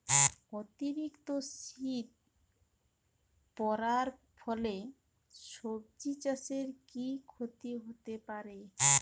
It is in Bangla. অতিরিক্ত শীত পরার ফলে সবজি চাষে কি ক্ষতি হতে পারে?